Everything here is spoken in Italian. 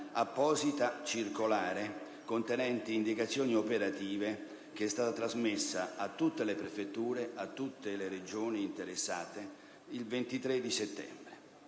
un'apposita circolare contenente indicazioni operative che è stata trasmessa a tutte le prefetture e Regioni interessate il 23 settembre.